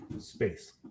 space